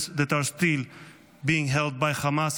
that are still being held by Hamas,